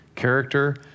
character